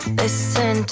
listen